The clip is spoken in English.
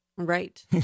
Right